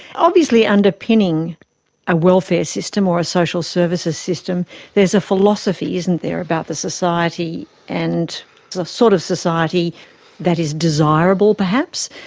obviously underpinning a welfare system or a social services system there's a philosophy, isn't there, about the society and the sort of society that is desirable perhaps?